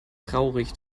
traurig